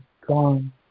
gone